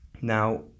Now